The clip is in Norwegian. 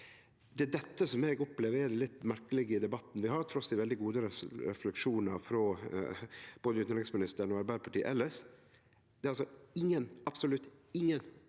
Det er dette eg opplever er litt merkeleg i debatten vi har, trass i veldig gode refleksjonar frå både utanriksministeren og Arbeidarpartiet elles. Det er altså ingen – absolutt ingen